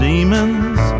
Demons